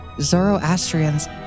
Zoroastrians